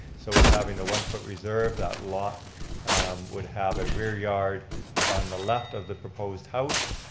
so with having the one foot reserve that lot would have a rear yard on the left of the proposed house.